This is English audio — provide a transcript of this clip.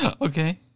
Okay